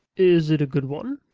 is it a good one?